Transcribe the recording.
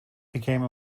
became